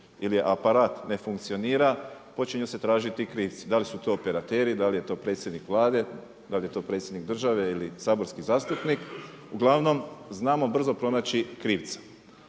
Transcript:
ili aparat ne funkcionira počinju se tražiti krivci. Da li su to operateri, da li je to predsjednik Vlade, da li je to predsjednik države ili saborski zastupnik, uglavnom znamo brzo pronaći krivca.